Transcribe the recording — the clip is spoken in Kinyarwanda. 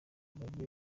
bagiye